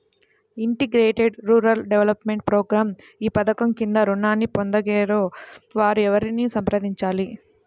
Integrated rural development programme ఈ పధకం క్రింద ఋణాన్ని పొందగోరే వారు ఎవరిని సంప్రదించాలి?